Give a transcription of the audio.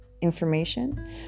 information